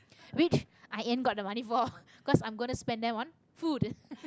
which i ain't got the money for 'cause i'm gonna spend them on food